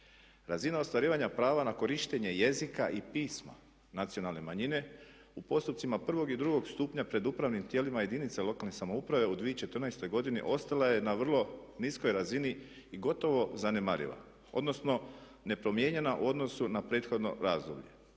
Razina ostvarivanja prava na korištenje jezika i pisma nacionalne manjine u postupcima prvog i drugog stupnja pred upravnim tijelima jedinice lokalne samouprave u 2014. godini ostala je na vrlo niskoj razini i gotovo zanemariva, odnosno nepromijenjena u odnosu na prethodno razdoblje.